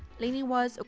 lainey was, ah